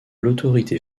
l’autorité